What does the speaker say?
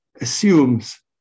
assumes